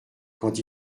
quand